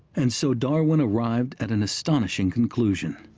and so darwin arrived at an astonishing conclusion,